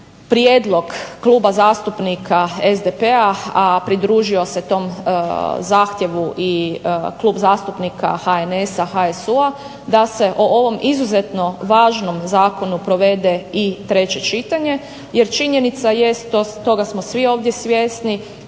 prijedlog Kluba zastupnika SDP-a, a pridružio se tom zahtjevu i Klub zastupnika HNS-a HSU-a da se o ovom izuzetno važnom zakonu provede i treće čitanje. Jer činjenica jest, toga smo svi ovdje svjesni,